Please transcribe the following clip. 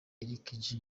erica